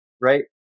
right